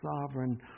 sovereign